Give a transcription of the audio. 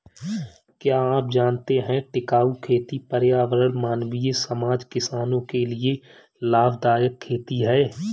क्या आप जानते है टिकाऊ खेती पर्यावरण, मानवीय समाज, किसानो के लिए लाभदायक खेती है?